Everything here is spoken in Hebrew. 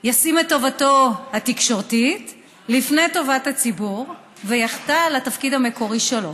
ישים את טובתו התקשורתית לפני טובת הציבור ויחטא לתפקיד המקורי שלו.